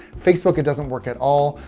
facebook, it doesn't work at all.